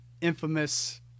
infamous